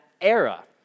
era